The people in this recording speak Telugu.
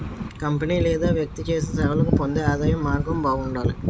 కంపెనీ లేదా వ్యక్తి చేసిన సేవలకు పొందే ఆదాయం మార్గం బాగుండాలి